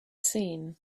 seen